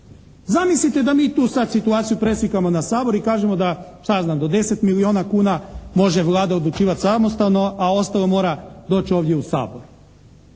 Zamislite da mi tu sada situaciju preslikamo na Sabor i kažemo da do deset milijuna kuna može Vlada odlučivati samostalno a ostalo mora doći ovdje u Sabor.